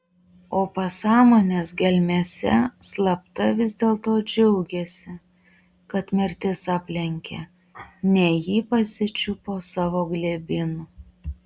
o pasąmonės gelmėse slapta vis dėlto džiaugėsi kad mirtis aplenkė ne jį pasičiupo savo glėbin